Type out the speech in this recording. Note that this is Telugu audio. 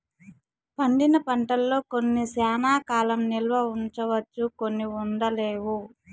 పండిన పంటల్లో కొన్ని శ్యానా కాలం నిల్వ ఉంచవచ్చు కొన్ని ఉండలేవు